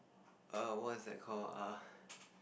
err what is that call uh